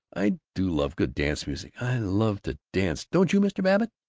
i do love good dance music. i love to dance, don't you, mr. babbitt?